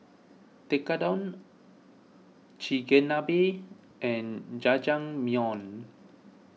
Tekkadon Chigenabe and Jajangmyeon